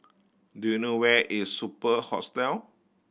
do you know where is Superb Hostel